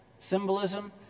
symbolism